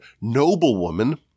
noblewoman